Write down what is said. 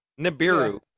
Nibiru